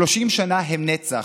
30 שנה הן נצח.